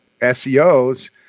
SEOs